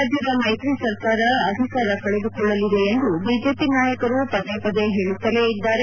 ರಾಜ್ಯದ ಮೈತ್ರಿ ಸರ್ಕಾರ ಅಧಿಕಾರ ಕಳೆದುಕೊಳ್ಳಲಿದೆ ಎಂದು ಬಿಜೆಪಿ ನಾಯಕರು ಪದೇ ಪದೇ ಹೇಳುತ್ತಲೇ ಇದ್ದಾರೆ